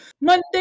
Monday